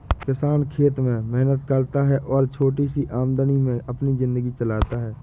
किसान खेत में मेहनत करता है और छोटी सी आमदनी में अपनी जिंदगी चलाता है